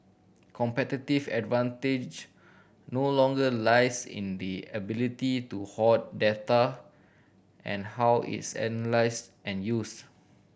competitive advantage no longer lies in the ability to hoard data and how it's analysed and used